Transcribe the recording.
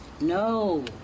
No